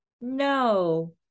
no